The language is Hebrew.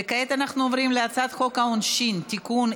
וכעת אנחנו עוברים להצעת חוק העונשין (תיקון,